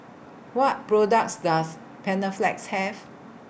What products Does Panaflex Have